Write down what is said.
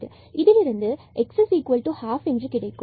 இதிலிருந்து x½ கிடைக்கும்